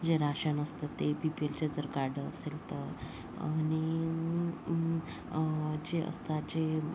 जे राशन असतं ते पी पी एलचे जर कार्ड असेल तर आणि जे असतात जे